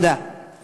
תודה רבה.